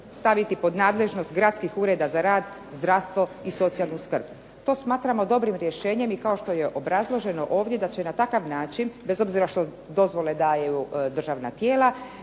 staviti u nadležnost gradskih ureda za rad, zdravstvo i socijalnu skrb. To smatramo dobrim rješenjem i kao što je obrazloženo ovdje da će na takav način, bez obzira što dozvole daju državna tijela